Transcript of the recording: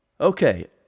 Okay